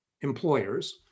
employers